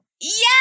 Yes